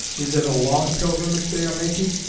is it a long pilgrimage they are making?